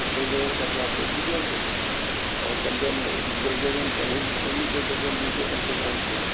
दो दर्जन कापियाँ आप दे दीजिए हम को और कम से कम एक दर्जन पेन पेन भी दो दर्जन दीजिए कम से कम हम को